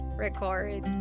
record